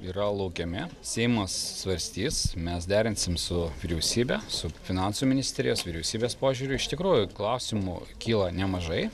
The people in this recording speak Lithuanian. yra laukiami seimas svarstys mes derinsim su vyriausybe su finansų ministerijos vyriausybės požiūriu iš tikrųjų klausimų kyla nemažai